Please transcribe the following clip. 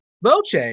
boche